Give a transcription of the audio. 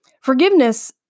Forgiveness